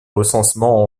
recensements